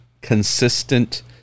consistent